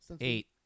Eight